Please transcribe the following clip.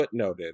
footnoted